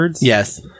Yes